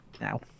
now